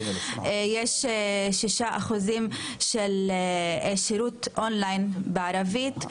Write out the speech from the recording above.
ו-6% שירות אונליין בערבית.